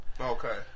Okay